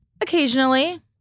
Occasionally